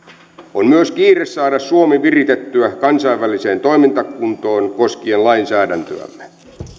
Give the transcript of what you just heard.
on myös kiire saada suomi viritettyä kansainväliseen toimintakuntoon koskien lainsäädäntöämme